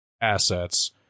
assets